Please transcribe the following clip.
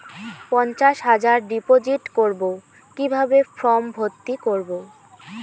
পঞ্চাশ হাজার ডিপোজিট করবো কিভাবে ফর্ম ভর্তি করবো?